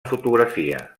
fotografia